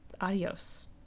Adios